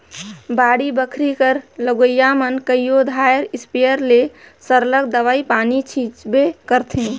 बाड़ी बखरी कर लगोइया मन कइयो धाएर इस्पेयर ले सरलग दवई पानी छींचबे करथंे